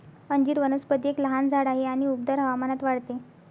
अंजीर वनस्पती एक लहान झाड आहे आणि उबदार हवामानात वाढते